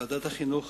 ועדת החינוך,